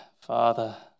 Father